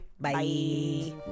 Bye